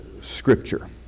Scripture